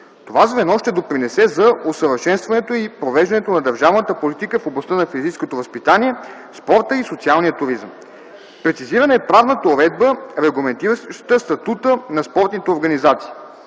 Това звено ще допринесе за усъвършенстването и провеждането на държавната политика в областта на физическото възпитание, спорта и социалния туризъм. Прецизирана е правната уредба, регламентираща статута на спортните организации.